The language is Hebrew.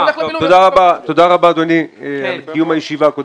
תודה רבה אדוני, קודם כל על קיום הישיבה.